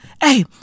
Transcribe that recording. hey